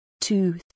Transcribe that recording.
Two